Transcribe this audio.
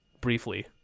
briefly